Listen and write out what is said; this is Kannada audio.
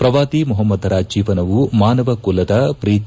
ಪ್ರವಾದಿ ಮೊಪಮ್ಮದರ ಜೀವನವು ಮಾನವ ಕುಲದ ಪ್ರೀತಿ